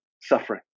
suffering